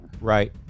Right